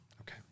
Okay